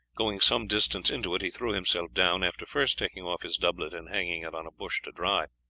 going some distance into it he threw himself down, after first taking off his doublet and hanging it on a bush to dry.